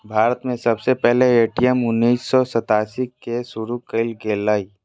भारत में सबसे पहले ए.टी.एम उन्नीस सौ सतासी के शुरू कइल गेलय